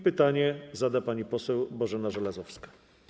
Pytanie zada pani poseł Bożena Żelazowska.